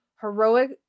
heroic